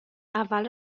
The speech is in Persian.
اول